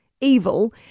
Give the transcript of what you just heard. evil